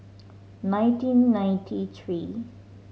nineteen ninety three